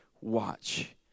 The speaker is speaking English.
watch